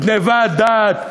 גנבת דעת.